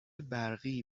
برقی